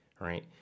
right